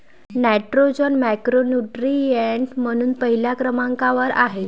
nitrogen macronutrient म्हणून पहिल्या क्रमांकावर आहे